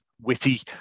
witty